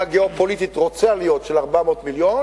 גיאו-פוליטית רוצה להיות של 400 מיליון,